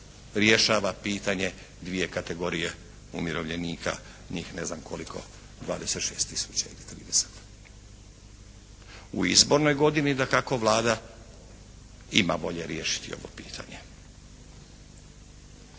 rješava pitanje dvije kategorije umirovljenika, njih ne znam koliko, 26 tisuća ili 30. U izbornoj godini dakako Vlada ima volje riješiti ovo pitanje.